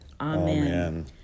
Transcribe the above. Amen